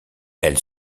elle